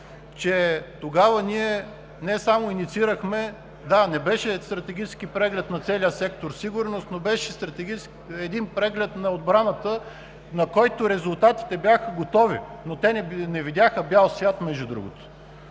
че тогава ние не само инициирахме, да, не беше стратегически преглед на целия сектор „Сигурност“, но беше преглед на отбраната, на който резултатите бяха готови, но не видяха бял свят. И е хубаво